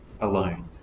alone